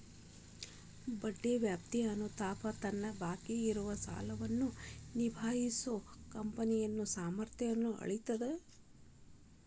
ಬಡ್ಡಿ ವ್ಯಾಪ್ತಿ ಅನುಪಾತ ತನ್ನ ಬಾಕಿ ಇರೋ ಸಾಲವನ್ನ ನಿಭಾಯಿಸೋ ಕಂಪನಿಯ ಸಾಮರ್ಥ್ಯನ್ನ ಅಳೇತದ್